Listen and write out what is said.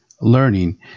learning